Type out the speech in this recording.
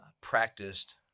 practiced